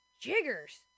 Jiggers